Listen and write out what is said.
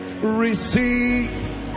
receive